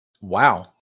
Wow